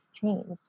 changed